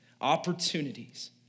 opportunities